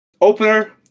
Opener